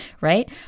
Right